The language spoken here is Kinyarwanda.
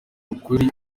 kuri